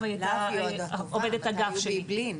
להב היא עוד הטובה, מתי היו באעבלין?